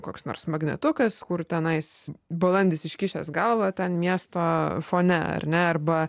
koks nors magnetukas kur tenais balandis iškišęs galvą ten miesto fone ar ne arba